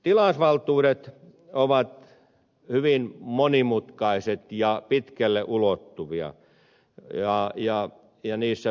tilausvaltuudet ovat hyvin monimutkaiset ja pitkälle ulottuvat